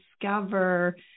discover